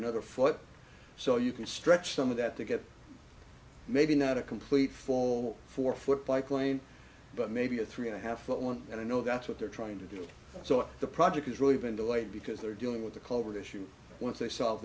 another foot so you can stretch some of that to get maybe not a complete fall four foot bike lane but maybe a three and a half foot one and i know that's what they're trying to do so the project has really been delayed because they're dealing with the clover issue once they solve